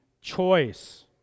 choice